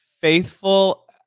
faithful